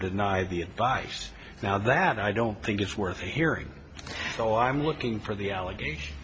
deny the advice now that i don't think it's worth hearing so i'm looking for the allegation